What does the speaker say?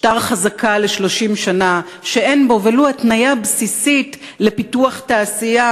שטר חזקה ל-30 שנה שאין בו ולו התניה בסיסית לפיתוח תעשייה,